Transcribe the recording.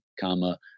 comma